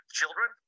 children